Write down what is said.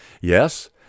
Yes